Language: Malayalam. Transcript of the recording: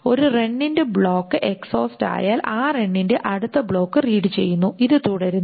ഒരു റണ്ണിന്റെ ബ്ലോക്ക് എക്സ്ഹോസ്റ്റ് ആയാൽ ആ റണ്ണിന്റെ അടുത്ത ബ്ലോക്ക് റീഡ് ചെയ്യുന്നു ഇത് തുടരുന്നു